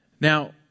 Now